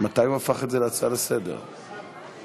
ההצעה להפוך את הצעת חוק לתיקון פקודת